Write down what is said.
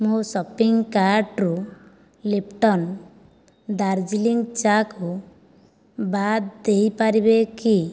ମୋ' ସପିଂ କାର୍ଟ୍ରୁ ଲିପ୍ଟନ ଦାର୍ଜିଲିଂ ଚା କୁ ବାଦ ଦେଇପାରିବେ କି